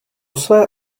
své